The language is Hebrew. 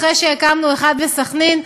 אחרי שהקמנו אחד בסח'נין,